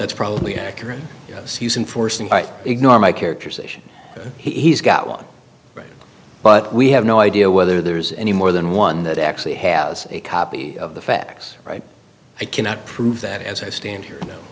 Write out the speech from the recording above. that's probably accurate susan forcing i ignore my characterization he's got one but we have no idea whether there's any more than one that actually has a copy of the facts right i cannot prove that as i stand here